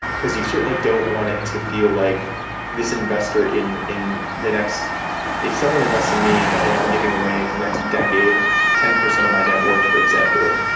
because you certainly don't want it to feel like this investor in in the next if someone invests in me and ah i'm giving away for the next decade ten percent of my net worth, for example.